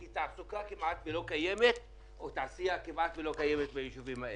כי תעשייה כמעט ולא קיימת בישובים האלה.